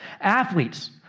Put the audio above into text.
Athletes